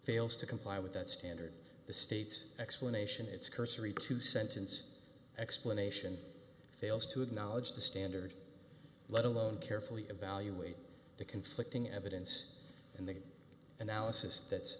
fails to comply with that standard the state's explanation its cursory two sentence explanation fails to acknowledge the standard let alone carefully evaluate the conflicting evidence and the analysis that's